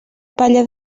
palla